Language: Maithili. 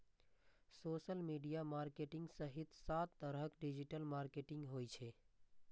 सोशल मीडिया मार्केटिंग सहित सात तरहक डिजिटल मार्केटिंग होइ छै